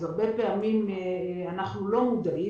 הרבה פעמים אנחנו לא מודעים,